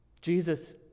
Jesus